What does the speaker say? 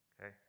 Okay